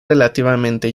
relativamente